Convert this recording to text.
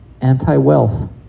anti-wealth